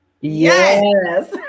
Yes